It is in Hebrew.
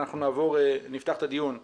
אז אנחנו נפתח את הדיון למוזמנים.